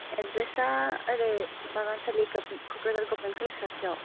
एड्रेसा ओरै बागानसालि Kokrajhar government college खाथियाव